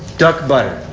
duck butter.